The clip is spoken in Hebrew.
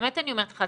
באמת אני אומרת לך,